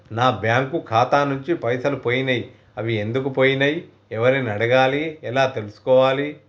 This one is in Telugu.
నా బ్యాంకు ఖాతా నుంచి పైసలు పోయినయ్ అవి ఎందుకు పోయినయ్ ఎవరిని అడగాలి ఎలా తెలుసుకోవాలి?